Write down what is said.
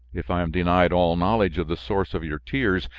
if i am denied all knowledge of the source of your tears,